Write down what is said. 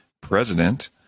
president